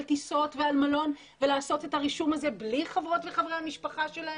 טיסות ועל מלון ולעשות את הרישום הזה בלי חברות וחברי המשפחה שלהם,